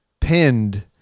pinned